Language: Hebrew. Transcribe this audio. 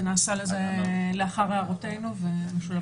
זה נעשה לאחר הערותינו, והן משולבות.